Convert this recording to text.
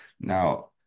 now